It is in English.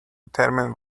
determine